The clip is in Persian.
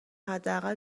حداقل